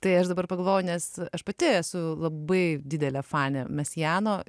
tai aš dabar pagalvoju nes aš pati esu labai didelė fanė mesiano